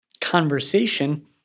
conversation